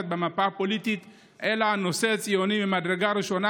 במפה הפוליטית אלא הוא נושא ציוני ממדרגה ראשונה,